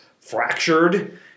fractured